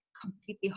completely